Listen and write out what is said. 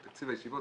על תקציב הישיבות,